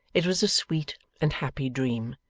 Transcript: it was a sweet and happy dream.